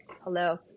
hello